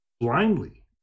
blindly